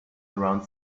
around